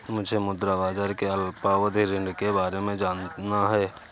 मुझे मुद्रा बाजार के अल्पावधि ऋण के बारे में जानना है